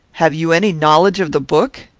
have you any knowledge of the book?